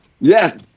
Yes